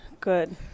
Good